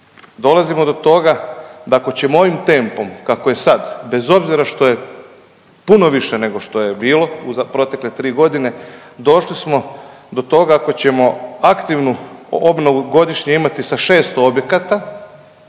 Dolazimo do toga da ako ćemo ovim tempom kako je sad bez obzira što je puno više nego što je bilo u protekle 3.g. došli smo do toga ako ćemo aktivnu obnovu godišnje imati sa 600 objekata